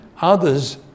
others